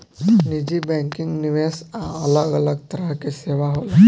निजी बैंकिंग, निवेश आ अलग अलग तरह के सेवा होला